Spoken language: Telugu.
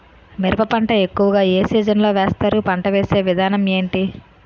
మిరప పంట ఎక్కువుగా ఏ సీజన్ లో వేస్తారు? పంట వేసే విధానం ఎంటి?